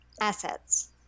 assets